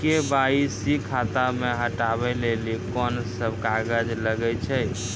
KYC खाता से हटाबै लेली कोंन सब कागज लगे छै?